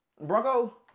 Bronco